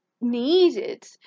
needed